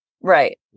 right